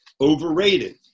overrated